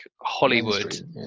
Hollywood